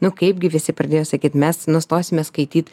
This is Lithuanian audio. nu kaipgi visi pradėjo sakyt mes nustosime skaityt